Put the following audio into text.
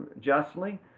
justly